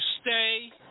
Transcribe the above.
stay